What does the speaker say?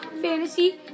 Fantasy